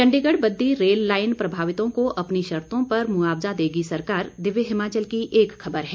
Chandigarh Baddi rail line प्रभावितों को अपनी शर्तों पर मुआवजा देगी सरकार दिव्य हिमाचल की एक खबर है